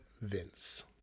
Vince